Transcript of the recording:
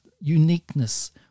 uniqueness